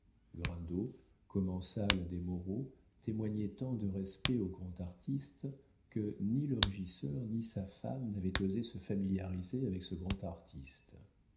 commensal des moreau témoignait tant de respect au grand artiste que ni le régisseur ni sa femme n'avaient osé se familiariser avec ce grand artiste